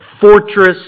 fortress